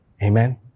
Amen